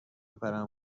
پرم